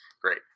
Great